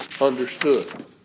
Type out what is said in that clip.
understood